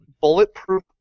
bulletproof